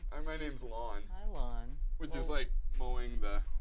um my name's lawn. hi lawn. which is like mowing the.